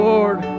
Lord